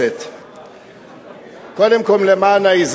25 בעד, 52, אותן ספרות, רק הפוך, נגד, נמנעים,